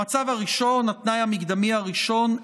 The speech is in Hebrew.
המצב הראשון,